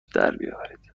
دربیاورید